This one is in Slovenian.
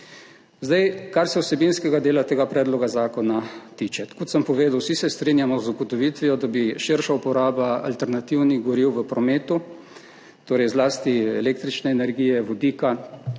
vozil. Kar se vsebinskega dela tega predloga zakona tiče, kot sem povedal, se vsi strinjamo z ugotovitvijo, da bi širša uporaba alternativnih goriv v prometu, torej zlasti električne energije, vodika,